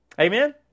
Amen